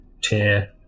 tear